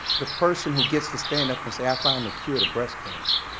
the person who gets to stand up and say, i found the cure to breast cancer.